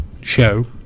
show